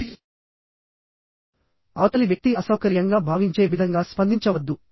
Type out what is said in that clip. కాబట్టి అవతలి వ్యక్తి అసౌకర్యంగా భావించే విధంగా స్పందించవద్దు